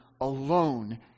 alone